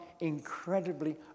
incredibly